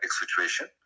situation